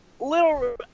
Little